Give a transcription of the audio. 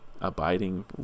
abiding